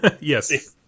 yes